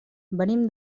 venim